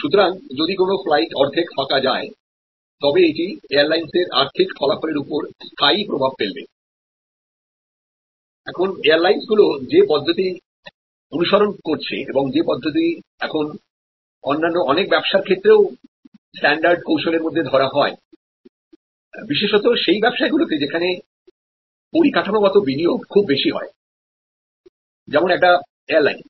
সুতরাং যদি কোনও ফ্লাইট অর্ধেক ফাঁকা যায় তবে এটি এয়ারলাইন্সের আর্থিক ফলাফলের উপর স্থায়ী প্রভাব ফেলবে এখন এয়ারলাইন্স গুলি যে পদ্ধতি অনুসরণ করছে এবং যে পদ্ধতিটি এখন অন্যান্য অনেক ব্যবসার ক্ষেত্রেও স্ট্যান্ডার্ড কৌশলের মধ্যে ধরা হয়বিশেষত সেই ব্যবসায়গুলিতে যেখানে পরিকাঠামোগত বিনিয়োগ খুব বেশি হয় যেমন একটি এয়ারলাইন্স